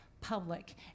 public